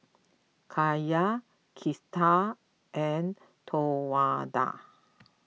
Kaia Kristal and Towanda